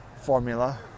formula